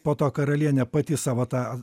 po to karalienė pati savo tą